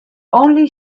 only